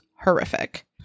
horrific